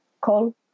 call